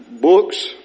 books